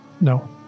No